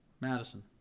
Madison